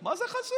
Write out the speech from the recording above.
מה זה חשוב?